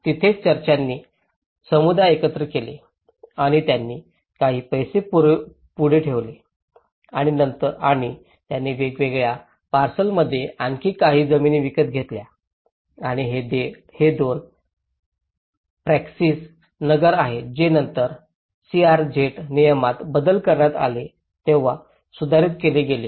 तिथेच चर्चांनी समुदाय एकत्र केले आणि त्यांनी काही पैसे पुढे ठेवले आणि त्यांनी वेगवेगळ्या पार्सलमध्ये आणखी काही जमीन विकत घेतली आणि हे दोन प्रॅक्सिस नगर आहेत जे नंतर सीआरझेड नियमनात बदल करण्यात आले तेव्हा सुधारित केले गेले